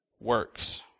works